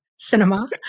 cinema